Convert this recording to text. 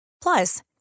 Plus